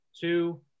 two